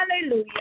Hallelujah